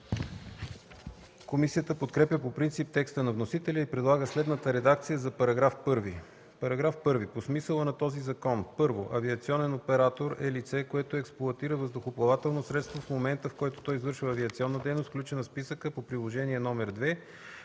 Комисията подкрепя по принцип текста на вносителя и предлага следната редакция за § 1: „§ 1. По смисъла на този закон: 1. „Авиационен оператор” е лице, което експлоатира въздухоплавателно средство в момента, в който то извършва авиационна дейност, включена в списъка по приложение № 2,